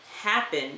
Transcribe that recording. happen